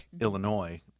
Illinois